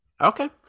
Okay